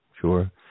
sure